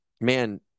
man